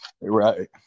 Right